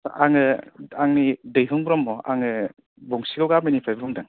आङो आंनि दैहुं ब्रह्म आङो बंसिगाव गामिनिफ्राय बुंदों